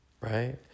right